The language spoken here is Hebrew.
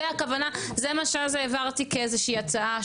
זו הכוונה זה מה שהיה זה העברתי כאיזושהי הצעה,